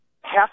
half